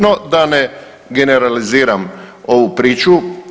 No, da ne generaliziram ovu priču.